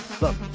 Look